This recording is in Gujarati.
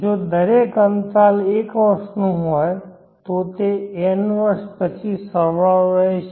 જો દરેક અંતરાલ 1 વર્ષનું હોય તો તે n વર્ષ પછી સરવાળો રહેશે